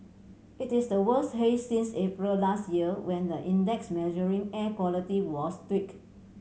it is the worst haze since April last year when the index measuring air quality was tweaked